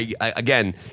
again